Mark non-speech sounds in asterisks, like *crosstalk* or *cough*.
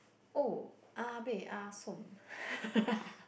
oya-beh-ya-som *laughs*